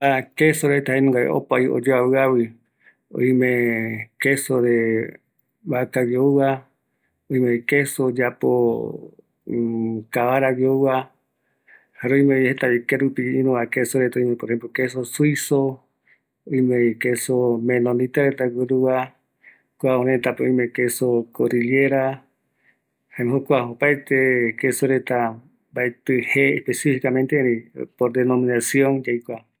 Kua queso reta, queso cordillera, queso menonita, queso vaca ileche pegua, queso kavara i leche pegua, queso de soya… jae kuareta